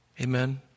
Amen